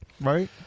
Right